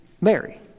Mary